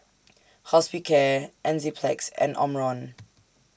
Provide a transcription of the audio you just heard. Hospicare Enzyplex and Omron